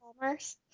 commerce